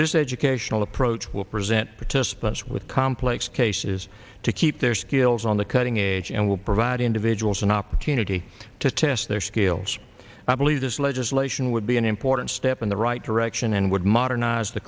there's educational approach will present participants with complex cases to keep their skills on the cutting edge and will provide individuals an opportunity to test their skills i believe this legislation would be an important step in the right direction and would modernize the